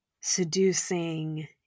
seducing